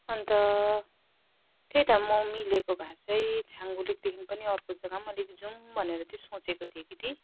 अन्त त्यही त म मिलेको भए चाहिँ छाङ्गु लेकदेखि पनि अर्को जग्गा पनि अलिक जाउँ भनेर सोचेको थिएँ कि दी